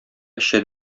эчә